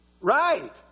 Right